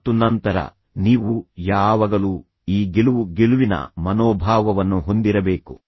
ಮತ್ತು ನಂತರ ನೀವು ಯಾವಾಗಲೂ ಈ ಗೆಲುವು ಗೆಲುವಿನ ಮನೋಭಾವವನ್ನು ಹೊಂದಿರಬೇಕು